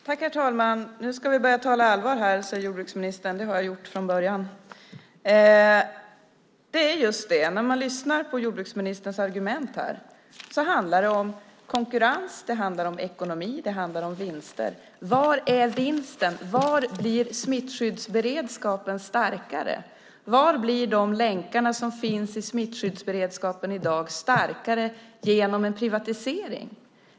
Herr talman! Nu ska vi börja tala allvar här, sade jordbruksministern. Det har jag från början gjort. När man lyssnar på jordbruksministerns argument här hör man att det handlar om konkurrens, om ekonomi och om vinster. Men vari ligger vinsten? Var blir smittskyddsberedskapen starkare? Var blir de länkar som i dag finns i smittskyddsberedskapen starkare genom en privatisering?